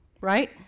right